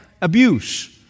abuse